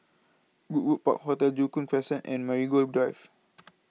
Goodwood Park Hotel Joo Koon Crescent and Marigold Drive